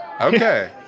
Okay